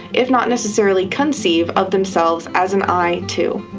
if not necessarily conceive of themselves, as an i too.